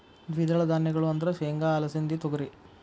ದ್ವಿದಳ ಧಾನ್ಯಗಳು ಅಂದ್ರ ಸೇಂಗಾ, ಅಲಸಿಂದಿ, ತೊಗರಿ